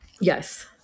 Yes